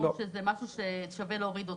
או שזה משהו ששווה להוריד אותו.